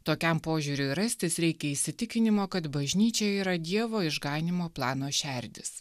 tokiam požiūriui rastis reikia įsitikinimo kad bažnyčia yra dievo išganymo plano šerdis